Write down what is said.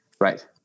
Right